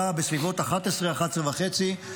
בסביבות 11:00 11:30,